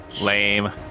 Lame